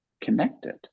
connected